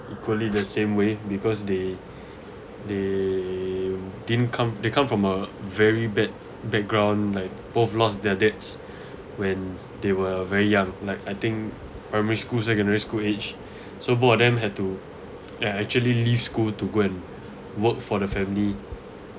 equally the same way because they they didn't come they come from a very bad background like both lost their dads when they were very young like I think primary school secondary school age so both of them had to actually leave school to go and work for the family